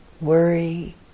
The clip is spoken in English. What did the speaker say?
worry